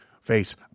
face